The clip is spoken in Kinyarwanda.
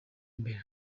imbere